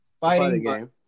fighting